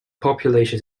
population